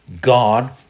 God